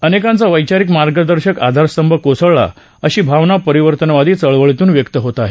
अनेकांचा वैचारिक मार्गदर्शक आधारस्तभं कोसळला अशी भावना परिवर्तनवादी चळवळीतून व्यक्त होत आहे